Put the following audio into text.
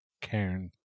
Karen